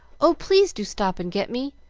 oh, please do stop and get me!